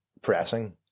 pressing